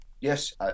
Yes